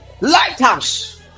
Lighthouse